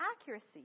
accuracy